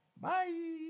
Bye